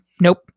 Nope